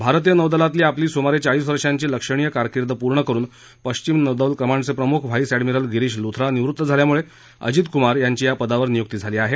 भारतीय नौदलातली आपली सुमारे चाळीस वर्षांची लक्षणीय कारकीर्द पूर्ण करुन पश्चिम नौदल कमांडचे प्रमुख व्हाईस अद्यांनिरल गिरीश लुथ्रा निवृत्त झाल्यामुळे अजित कुमार यांची त्या पदावर नियुक्ती झाली आहे